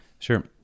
Sure